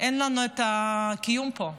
אין לנו קיום פה,